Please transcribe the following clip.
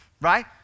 right